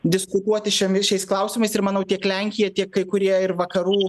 diskutuoti šiomis šiais klausimais ir manau tiek lenkija tiek kai kurie ir vakarų